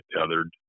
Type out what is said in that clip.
tethered